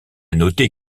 noter